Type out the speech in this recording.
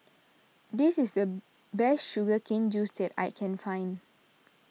this is the best Sugar Cane Juice that I can find